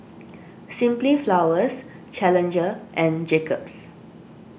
Simply Flowers Challenger and Jacob's